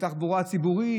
בתחבורה הציבורית,